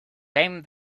came